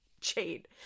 Jade